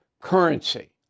currency